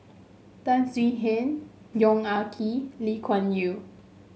Tan Swie Hian Yong Ah Kee Lee Kuan Yew